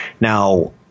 now